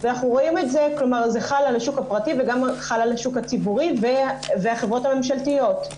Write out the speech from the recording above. וזה חל על השוק הפרטי וגם על השוק הציבורי והחברות הממשלתיות.